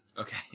Okay